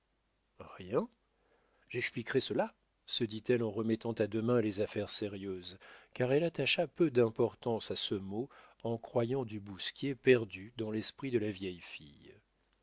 rien j'expliquerai cela se dit-elle en remettant à demain les affaires sérieuses car elle attacha peu d'importance à ce mot en croyant du bousquier perdu dans l'esprit de la vieille fille